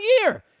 year